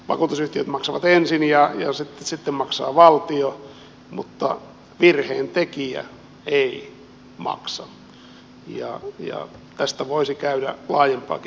vakuutusyhtiöt maksavat ensin ja sitten maksaa valtio mutta virheen tekijä ei maksa ja tästä voisi käydä laajempaakin periaatteellista keskustelua